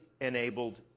enabled